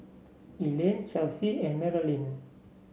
Elaine Chelsey and Marolyn